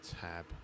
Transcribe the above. tab